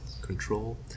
control